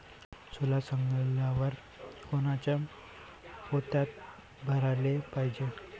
सोला सवंगल्यावर कोनच्या पोत्यात भराले पायजे?